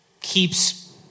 keeps